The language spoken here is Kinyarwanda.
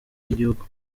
y’igihugu